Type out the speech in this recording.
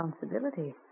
responsibility